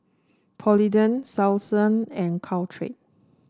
Polident Selsun and Caltrate